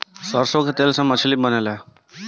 सरसों के तेल से मछली बनेले